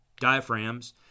diaphragms